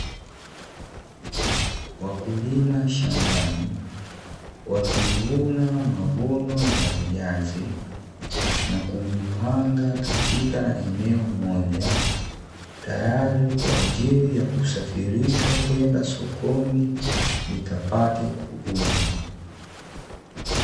Wakulima shambani wakivuna mavuno ya viazi, na kuvipanga katika eneo moja tayari kwa ajili ya kusafirishwa kwenda sokoni vikapate kuuzwa.